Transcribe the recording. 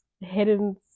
hidden